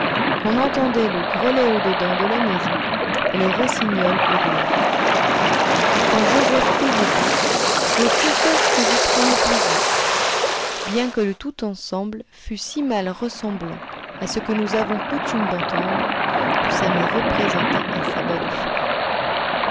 qu'on entendait le grelet au dedans de la maison et le rossignol au dehors et quand joset faisait doux je confesse que j'y prenais plaisir bien que le tout ensemble fût si mal ressemblant à ce que nous avons coutume d'entendre que ça me représentait un sabbat de fous